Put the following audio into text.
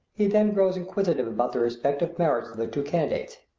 he then grows inquisitive about the respective merits of the two candidates.